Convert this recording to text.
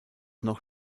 noch